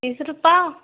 तीस रुप्पाव